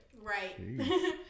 Right